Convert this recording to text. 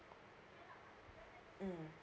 mm